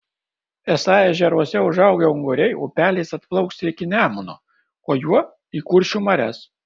esą ežeruose užaugę unguriai upeliais atplauks iki nemuno o juo į kuršių marias